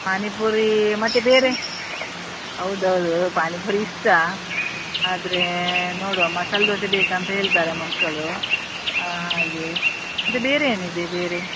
ಪಾನಿಪುರಿ ಮತ್ತು ಬೇರೆ ಹೌದು ಹೌದು ಪಾನಿಪುರಿ ಇಷ್ಟ ಆದರೆ ನೋಡುವ ಮಸಾಲೆ ದೋಸೆ ಬೇಕಂತ ಹೇಳ್ತಾರೆ ಮಕ್ಕಳು ಹಾಗೆ ಮತ್ತು ಬೇರೆ ಏನಿದೆ ಬೇರೆ